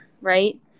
right